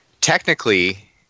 Technically